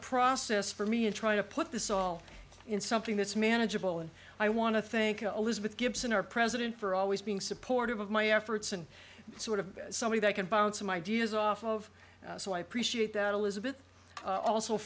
process for me in trying to put this all in something that's manageable and i want to think of elizabeth gibson our president for always being supportive of my efforts and sort of somebody that can bounce some ideas off of so i appreciate that elizabeth also